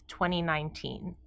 2019